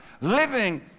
living